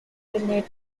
pinnate